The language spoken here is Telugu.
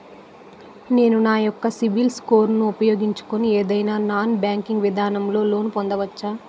నేను నా యెక్క సిబిల్ స్కోర్ ను ఉపయోగించుకుని ఏదైనా నాన్ బ్యాంకింగ్ విధానం లొ లోన్ పొందవచ్చా?